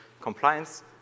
Compliance